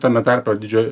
tame tarpe didžioj